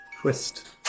Twist